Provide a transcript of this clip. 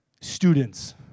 Students